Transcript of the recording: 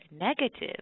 negative